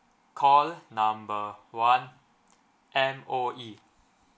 call number one M_O_E